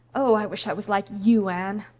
oh, i wish i was like you, anne.